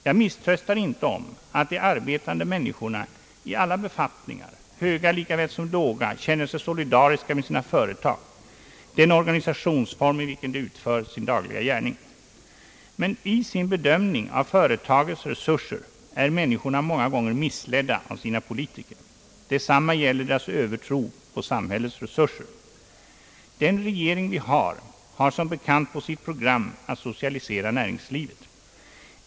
Jag misströstar inte om att de arbetande människorna i alla befattningar, höga likaväl som låga, känner sig solidariska med sina företag, den organisationsform i vilken de utför sin dagliga gärning. Men i sin bedömning av företagets resurser är människorna många gånger missledda av sina politiker. Detsamma gäller deras övertro på samhällets resurser. Vår nuvarande regering har, som bekant, på sitt program att socialisera näringslivet.